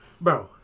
Bro